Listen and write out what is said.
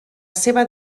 seva